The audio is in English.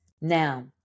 Now